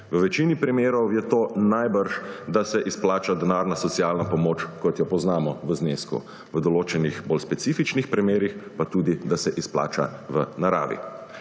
V večini primerov je to najbrž, da se izplača denarna socialna pomoč, kot jo poznamo – v znesku, v določenih, bolj specifičnih primerih pa tudi, da se izplača v naravi.